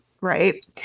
right